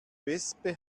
wespe